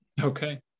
Okay